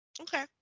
Okay